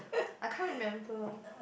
I can't remember